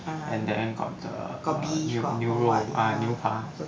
and then got the err 牛牛肉 ah 牛扒